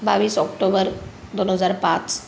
बावीस ऑक्टोबर दोन हजार पाच